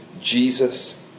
Jesus